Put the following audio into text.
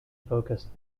focused